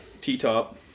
T-top